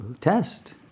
test